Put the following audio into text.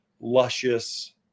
luscious